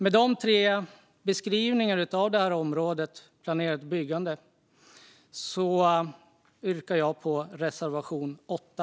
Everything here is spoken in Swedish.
Med dessa tre beskrivningar av området planerat byggande yrkar jag bifall till reservation 8.